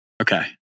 Okay